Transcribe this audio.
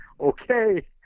okay